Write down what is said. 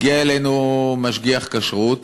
הגיע אלינו משגיח כשרות